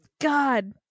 God